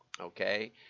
okay